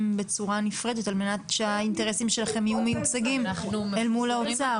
בצורה נפרדת על מנת שהאינטרסים שלכם יהיו מיוצגים אל מול האוצר?